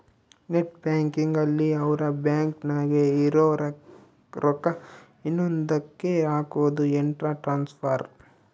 net banking ಅಲ್ಲಿ ಅವ್ರ bank ನಾಗೇ ಇರೊ ರೊಕ್ಕ ಇನ್ನೊಂದ ಕ್ಕೆ ಹಕೋದು ಇಂಟ್ರ ಟ್ರಾನ್ಸ್ಫರ್